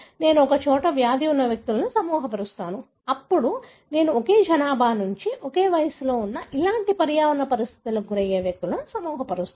నేను ఒక చోట వ్యాధి ఉన్న వ్యక్తులను సమూహపరుస్తాను అప్పుడు నేను ఒకే జనాభా నుండి ఒకే వయస్సులో ఉన్న ఇలాంటి పర్యావరణ పరిస్థితులకు గురయ్యే వ్యక్తులను సమూహపరుస్తాను